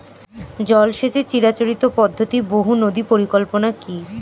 জল সেচের চিরাচরিত পদ্ধতি বহু নদী পরিকল্পনা কি?